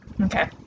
Okay